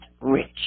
rich